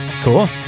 Cool